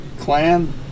clan